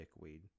dickweed